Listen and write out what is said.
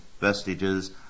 vestiges